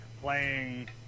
playing